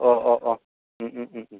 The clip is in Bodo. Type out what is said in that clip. औ औ औ उम उम उम उम